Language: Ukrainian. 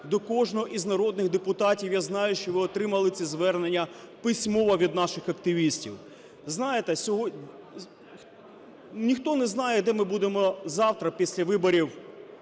до кожного із народних депутатів, я знаю, що ви отримали ці звернення письмово від наших активістів. Знаєте… ніхто не знає, де ми будемо завтра після виборів,